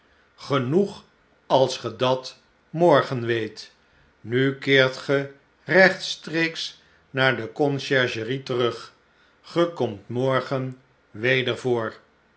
genoeg als ge dat morgen weet nu keert ge rechtstreeks naar de conciergerie terug gre komt morgen weder